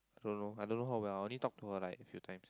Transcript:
don't know I don't know her well I only talk to her like a few times